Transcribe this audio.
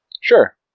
Sure